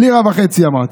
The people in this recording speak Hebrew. לירה וחצי, אמרתי.